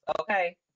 okay